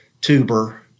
tuber